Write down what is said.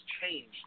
changed